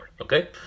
Okay